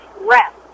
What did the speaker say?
rest